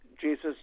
jesus